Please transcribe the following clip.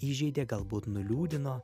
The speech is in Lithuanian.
įžeidė galbūt nuliūdino